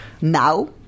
now